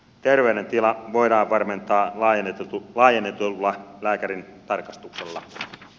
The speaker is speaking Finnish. terveydentila voidaan varmentaa laajennetulla lääkärintarkastuksella